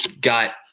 got